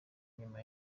nyuma